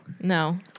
No